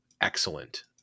excellent